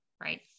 right